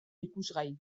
ikusgai